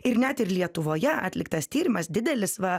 ir net ir lietuvoje atliktas tyrimas didelis va